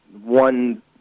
one